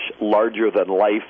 larger-than-life